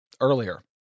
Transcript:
earlier